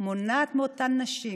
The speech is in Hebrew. היא מונעת מאותן נשים